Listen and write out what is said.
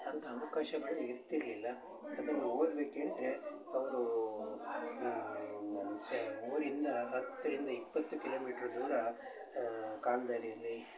ಅಂತ ಅವಕಾಶಗಳು ಇರ್ತಿರಲಿಲ್ಲ ಅದನ್ನು ಓದ್ಬೇಕು ಹೇಳಿದ್ರೆ ಅವ್ರು ಊರಿಂದ ಹತ್ತರಿಂದ ಇಪ್ಪತ್ತು ಕಿಲೋಮೀಟ್ರ್ ದೂರ ಕಾಲುದಾರಿಯಲ್ಲಿ